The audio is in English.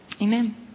Amen